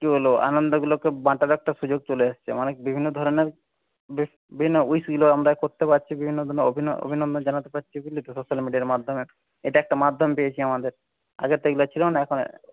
কী হলো আনন্দগুলোকে বাঁটার একটা সুযোগ চলে এসছে অনেক বিভিন্ন ধরনের বেশ উইশগুলো আমরা করতে পারছি বিভিন্ন ধরনের অভি অভিনন্দন জানাতে পারছি বুঝলি তো সোশ্যাল মিডিয়ার মাধ্যমে এটা একটা মাধ্যম পেয়েছি আমাদের আগে তো এইগুলো ছিলো না এখন